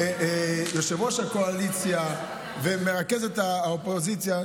יושב-ראש הקואליציה ומרכזת האופוזיציה,